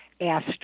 asked